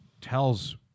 tells